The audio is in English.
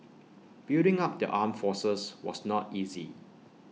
building up the armed forces was not easy